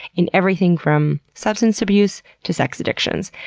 in everything from substance abuse to sex addictions.